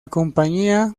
compañía